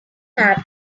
have